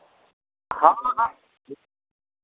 हँ